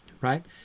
right